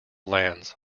lands